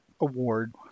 award